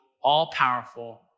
all-powerful